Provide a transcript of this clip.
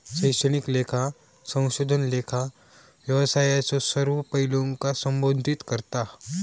शैक्षणिक लेखा संशोधन लेखा व्यवसायाच्यो सर्व पैलूंका संबोधित करता